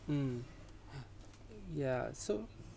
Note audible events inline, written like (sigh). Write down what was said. mm (breath) yeah so